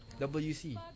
WC